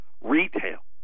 retail